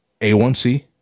A1C